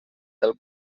del